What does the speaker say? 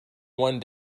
one